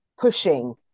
pushing